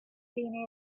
been